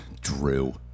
Drew